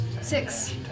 Six